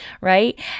Right